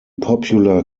popular